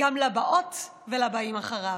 גם לבאות ולבאים אחריו.